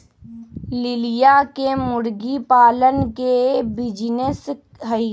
लिलिया के मुर्गी पालन के बिजीनेस हई